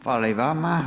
Hvala i vama.